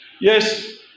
Yes